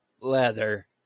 leather